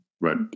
Right